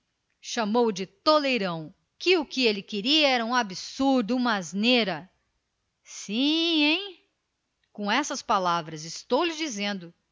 chamou-o de toleirão que o que ele queria era um absurdo sim hein com estas palavras estou lhe dizendo